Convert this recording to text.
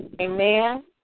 Amen